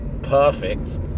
perfect